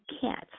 cats